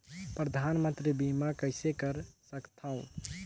परधानमंतरी बीमा कइसे कर सकथव?